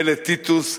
מילא טיטוס,